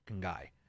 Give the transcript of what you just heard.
guy